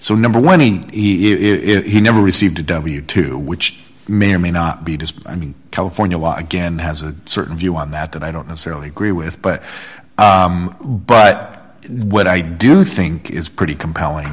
so number one if he never received a w two which may or may not be just i mean california law again has a certain view on that that i don't necessarily agree with but but what i do think is pretty compelling